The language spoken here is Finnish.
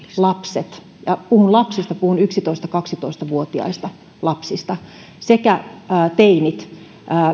lapset puhun lapsista yksitoista viiva kaksitoista vuotiaista lapsista sekä teinit